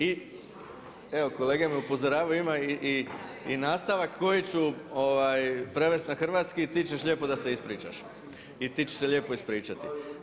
I kolege me upozoravaju ima i nastavak koji ću prevesti na hrvatski, „ti ćeš lijepo da se ispričaš i ti ćeš se lijepo ispričati“